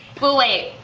pull weight